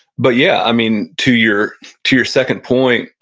but yeah, i mean, to your to your second point,